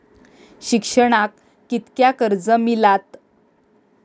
शिक्षणाक कीतक्या कर्ज मिलात?